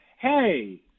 hey